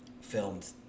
filmed